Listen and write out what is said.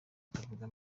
utavuga